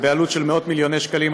בעלות של מאות-מיליוני שקלים,